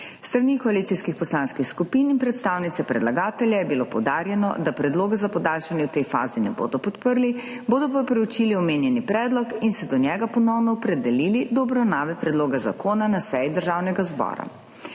strani koalicijskih poslanskih skupin in predstavnice predlagatelja je bilo poudarjeno, da predloga za podaljšanje v tej fazi ne bodo podprli. Bodo pa preučili omenjeni predlog in se do njega ponovno opredelili do obravnave predloga zakona na seji Državnega zbora.